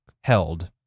held